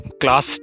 class